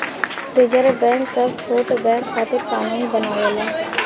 reserve bank सब छोट bank खातिर कानून बनावेला